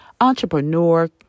entrepreneur